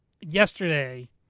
yesterday